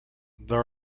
there